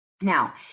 Now